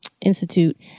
Institute